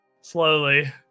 slowly